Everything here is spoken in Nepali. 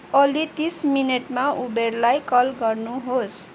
ओली तिस मिनटमा उबरलाई कल गर्नुहोस्